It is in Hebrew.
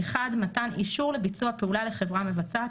(1)מתן אישור לביצוע פעולה לחברה מבצעת,